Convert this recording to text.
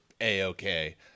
a-okay